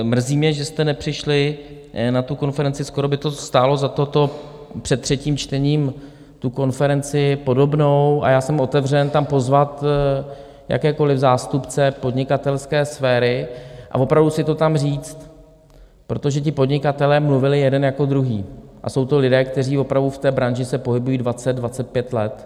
Mrzí mě, že jste nepřišli na tu konferenci, skoro by stálo za to před třetím čtením konferenci podobnou a já jsem otevřen tam pozvat jakékoli zástupce podnikatelské sféry a opravdu si to tam říct, protože ti podnikatelé mluvili jeden jako druhý, a jsou to lidé, kteří opravdu v té branži se pohybují 20, 25 let.